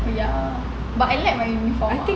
ya but I like my uniform ah